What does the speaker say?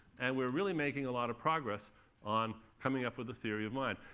and we're really making a lot of progress on coming up with a theory of mind.